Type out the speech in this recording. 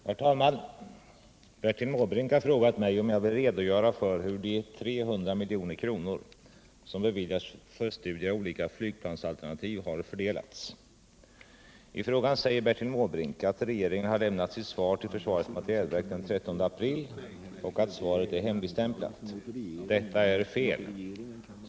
Herr talman! Bertil Måbrink har frågat mig om jag vill redogöra för hur de 300 milj.kr. som beviljats för studier av olika flygplansalternativ har fördelats. I frågan säger Bertil Måbrink att regeringen har lämnat sitt svar till försvarets materielverk den 13 april och att svaret är hemligstämplat. Detta är fel.